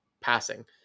passing